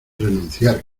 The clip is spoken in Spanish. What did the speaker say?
renunciar